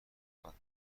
میکنند